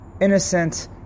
innocent